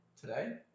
today